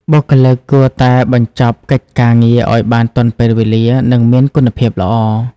បុគ្គលិកគួរតែបញ្ចប់កិច្ចការងារឲ្យបានទាន់ពេលវេលា និងមានគុណភាពល្អ។